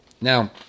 Now